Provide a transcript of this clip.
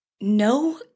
no